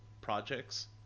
projects